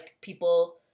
people